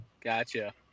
Gotcha